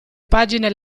pagine